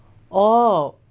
oh